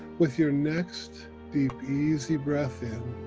with your next deep easy breath in,